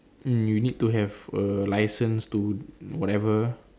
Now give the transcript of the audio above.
mm you need to have a license to whatever